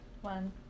One